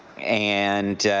and,